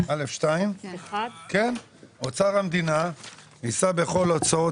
(א2) (1) אוצר המדינה יישא בכל ההוצאות